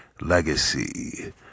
Legacy